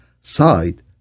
side